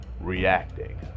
reacting